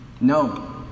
No